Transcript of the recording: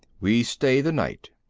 we stay the night.